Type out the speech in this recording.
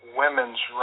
women's